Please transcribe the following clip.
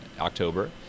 October